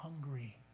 hungry